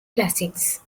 classics